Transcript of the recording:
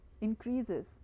increases